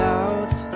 out